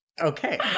Okay